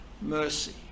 mercy